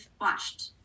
watched